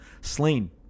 slain